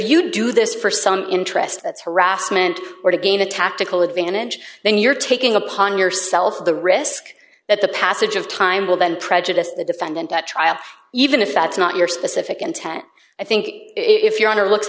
you do this for some interest that's harassment or to gain a tactical advantage then you're taking upon yourself the risk that the passage of time will then prejudice the defendant at trial even if that's not your specific intent i think if your honor looks